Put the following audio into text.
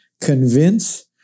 Convince